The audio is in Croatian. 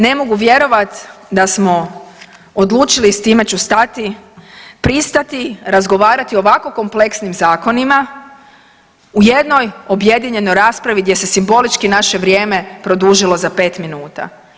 Ne mogu vjerovati da smo odlučili i s time ću stati, pristati razgovarati o ovako kompleksnim zakonima u jednoj objedinjenoj raspravi gdje se simbolički naše vrijeme produžilo za 5 minuta.